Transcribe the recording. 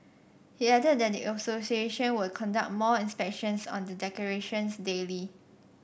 he added that the association will conduct more inspections on the decorations daily